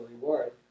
reward